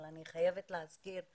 אבל אני חייבת להזכיר,